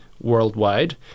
worldwide